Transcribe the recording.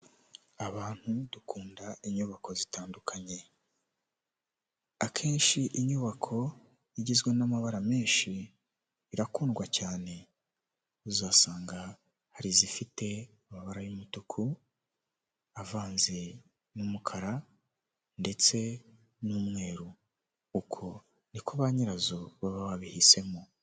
Abantu dukunda inyubako zitandukanye akenshi inyubako igizwe n'amabara menshi irakundwa cyane uzasanga hari izifite amabara y'umutuku avanze n'umukara ndetse n'umweru uko niko ba nyirazo baba babihisemo.